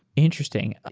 interesting.